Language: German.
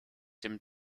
dem